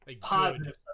positive